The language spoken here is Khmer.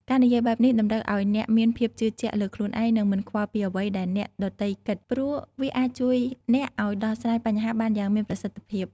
ការនិយាយបែបនេះតម្រូវឱ្យអ្នកមានភាពជឿជាក់លើខ្លួនឯងនិងមិនខ្វល់ពីអ្វីដែលអ្នកដទៃគិត ព្រោះវាអាចជួយអ្នកឱ្យដោះស្រាយបញ្ហាបានយ៉ាងមានប្រសិទ្ធភាព។